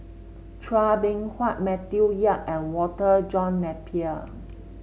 Chua Beng Huat Matthew Yap and Walter John Napier